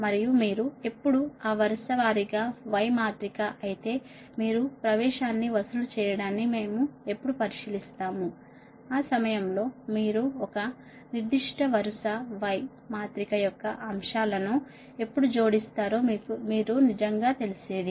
మరియు మీరు ఎప్పుడు ఆ వరుస వారీగా y మాత్రిక అయితే మీరు ప్రవేశాన్ని వసూలు చేయడాన్ని మేము ఎప్పుడు పరిశీలిస్తాము ఆ సమయంలో మీరు ఒక నిర్దిష్ట వరుస y మాత్రిక యొక్క అంశాలను ఎప్పుడు జోడిస్తారో మీరు నిజంగా వేరేది